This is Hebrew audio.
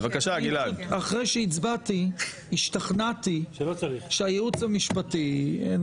אני השתכנעתי מהייעוץ המשפטי.